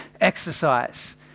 exercise